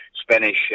Spanish